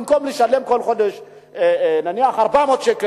במקום לשלם כל חודש נניח 400 שקל,